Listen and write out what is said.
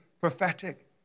prophetic